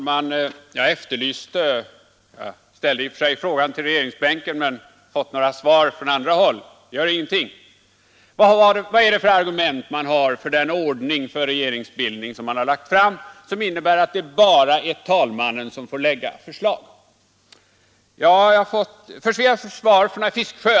ordning m.m. Herr talman! Jag ställde i och för sig frågan till regeringsbänken, men jag har fått några svar från andra håll. Det gör ingenting. Vad finns det för argument för den ordning för regeringsbildningen som föreslagits, som innebär att det bara är talmannen som får lägga fram förslag? Först fick jag svar från herr Fiskesjö.